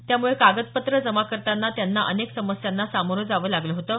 त्यामुळे कागदपत्र जमा करताना त्यांना अनेक समस्यांना सामोरं जावं लागलं होतं